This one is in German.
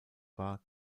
war